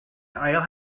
ail